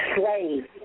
slave